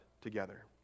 together